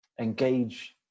engage